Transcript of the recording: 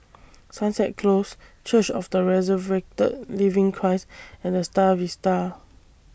Sunset Close Church of The Resurrected Living Christ and The STAR Vista